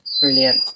Brilliant